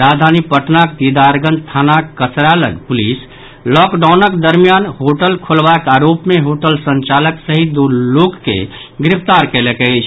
राजधानी पटनाक दीदारगंज थानाक कसारा लऽग पुलिस लॉकडाउनक दरमियान होटल खोलबाक आरोप मे होटल संचालक सहित दू लोक के गिरफ्तार कयलक अछि